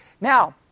Now